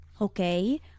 Okay